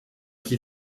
qui